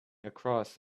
across